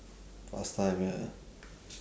past time ya